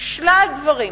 שלל דברים.